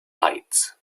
lights